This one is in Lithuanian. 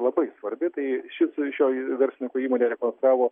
labai svarbi tai šis šio verslininko įmonė rekonsktravo